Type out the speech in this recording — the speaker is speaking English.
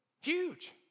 Huge